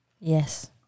yes